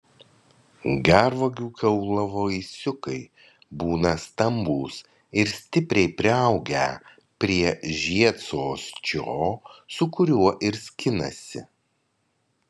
gervuogių kaulavaisiukai būna stambūs ir stipriai priaugę prie žiedsosčio su kuriuo ir skinasi